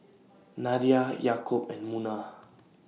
Nadia Yaakob and Munah